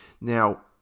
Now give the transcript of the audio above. Now